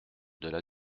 delà